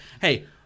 hey